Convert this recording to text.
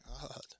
God